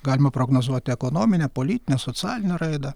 galima prognozuoti ekonominę politinę socialinę raidą